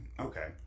okay